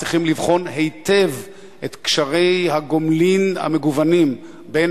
צריכים לבחון היטב את קשרי הגומלין המגוונים בין